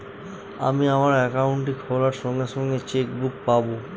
আমি আমার একাউন্টটি খোলার সঙ্গে সঙ্গে চেক বুক পাবো?